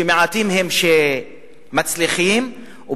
שמעטים הם שמצליחים בהם,